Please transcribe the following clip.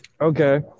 Okay